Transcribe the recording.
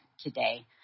today